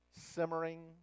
simmering